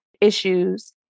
issues